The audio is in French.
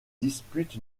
disputent